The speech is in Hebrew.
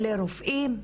אלה רופאים,